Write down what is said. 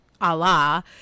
Allah